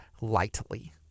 lightly